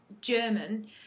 german